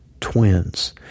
twins